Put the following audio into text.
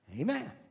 Amen